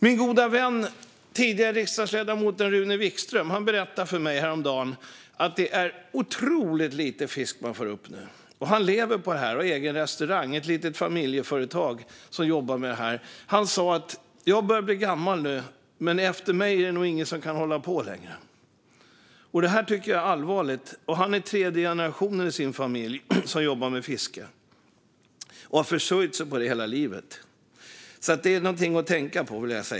Min gode vän, tidigare riksdagsledamoten, Rune Wikström berättade för mig häromdagen att det är otroligt lite fisk som kommer upp nu. Han lever på fisket och har egen restaurang. Det är ett litet familjeföretag. Han säger att han nu börjar bli gammal, men efter honom är det ingen som kan hålla på längre. Det är allvarligt. Rune är tredje generationen i familjen som jobbar med fiske, och han har försörjt sig på det hela livet. Det är något att tänka på.